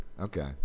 okay